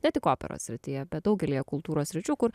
ne tik operos srityje bet daugelyje kultūros sričių kur